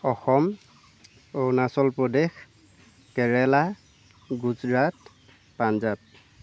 Assam Arunachal Pradesh Kerala Gujarat Punjab